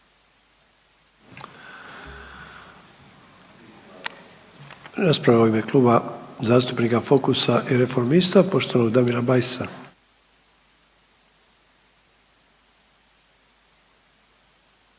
Rasprava u ime Kluba zastupnika Fokusa i Reformista , poštovanog Damira Bajsa.